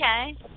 okay